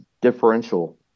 differential